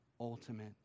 ultimate